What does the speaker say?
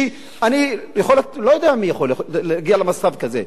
אני לא יודע מי יכול להגיע למצב כזה.